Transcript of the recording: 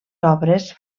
obres